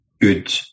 good